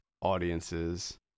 audiences